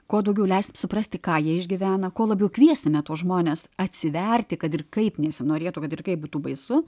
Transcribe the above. kuo daugiau leisim suprasti ką jie išgyvena kuo labiau kviesime tuos žmones atsiverti kad ir kaip nesinorėtų kad ir kaip būtų baisu